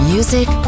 Music